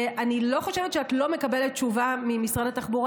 אני לא חושבת שאת לא מקבלת תשובה ממשרד התחבורה.